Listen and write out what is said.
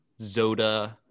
zoda